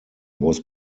was